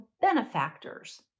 benefactors